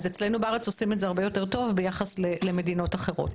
אצלנו בארץ עושים את זה הרבה יותר טוב ביחס למדינות אחרות.